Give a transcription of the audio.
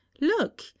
look